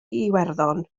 iwerddon